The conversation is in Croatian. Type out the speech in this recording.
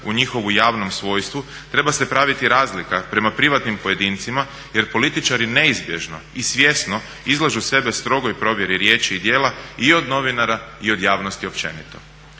u njihovu javnom svojstvu treba se praviti razlika prema privatnim pojedincima jer političari neizbježno i svjesno izlažu sebe strogoj provjeri riječi i djela i od novinara i od javnosti općenito.